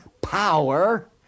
power